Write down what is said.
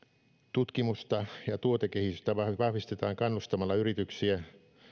tutkimusta ja tuotekehitystä vahvistetaan kannustamalla yrityksiä